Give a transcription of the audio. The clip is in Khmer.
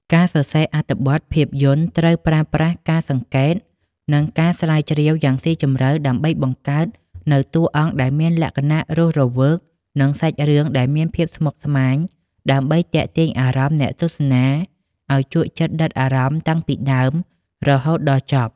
អ្នកសរសេរអត្ថបទភាពយន្តត្រូវប្រើប្រាស់ការសង្កេត និងការស្រាវជ្រាវយ៉ាងស៊ីជម្រៅដើម្បីបង្កើតនូវតួអង្គដែលមានលក្ខណៈរស់រវើក និងសាច់រឿងដែលមានភាពស្មុគស្មាញដើម្បីទាក់ទាញអារម្មណ៍អ្នកទស្សនាឱ្យជក់ចិត្តដិតអារម្មណ៍តាំងពីដើមរហូតដល់ចប់។